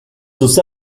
sus